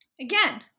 Again